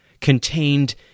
contained